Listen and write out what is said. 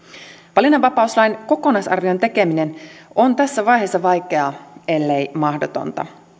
valinnanvapauslain kokonaisarvion tekeminen on tässä vaiheessa vaikeaa ellei mahdotonta